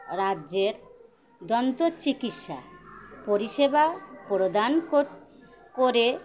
রাজ্যের দন্তচিকিৎসা পরিষেবা প্রদান করে